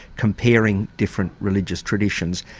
comparing different religious traditions,